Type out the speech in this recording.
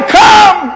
come